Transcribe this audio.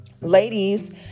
ladies